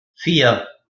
vier